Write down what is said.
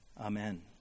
Amen